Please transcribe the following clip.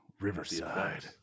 Riverside